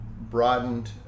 broadened